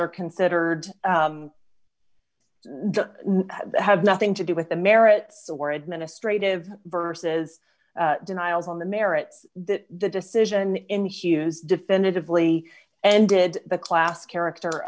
are considered have nothing to do with the merits or administrative versus denials on the merits that the decision in hughes definitively ended the class character